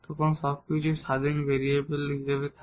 তখন সবকিছুই independent variable হিসাবে থাকে